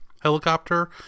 helicopter